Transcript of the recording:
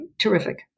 terrific